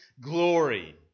glory